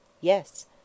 Yes